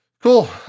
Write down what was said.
cool